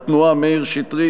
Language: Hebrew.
התנועה: מאיר שטרית.